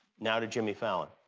now to jimmy fallon.